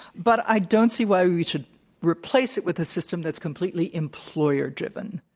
but i don't see why we should replace it with a system that's completely employer driven.